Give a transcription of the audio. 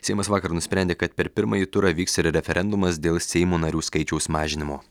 seimas vakar nusprendė kad per pirmąjį turą vyks referendumas dėl seimo narių skaičiaus mažinimo